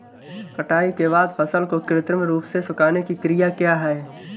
कटाई के बाद फसल को कृत्रिम रूप से सुखाने की क्रिया क्या है?